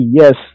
yes